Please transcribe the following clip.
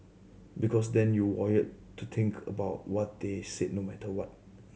because then you wired to think about what they said no matter what